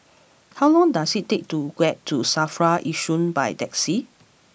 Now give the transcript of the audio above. how long does it take to get to Safra Yishun by taxi